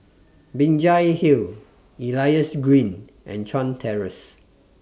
Binjai Hill Elias Green and Chuan Terrace